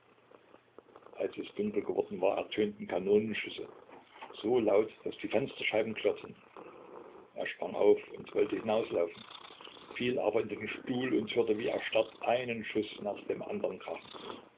als es dunkel geworden war ertönten kanonenschüsse so laut daß die fensterscheiben klirrten er sprang auf und wollte hinauslaufen fiel aber in den stuhl und hörte wie erstarrt einen schuß nach dem andern krachen